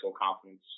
confidence